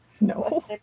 No